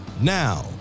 Now